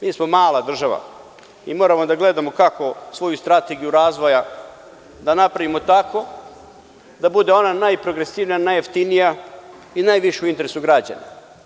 Mi smo mala država i moramo da gledamo kako svoju strategiju razvoja da napravimo tako da bude ona najprogresivnija, najjeftinija i najviše u interesu građana.